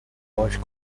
باهاش